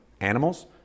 Animals